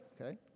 okay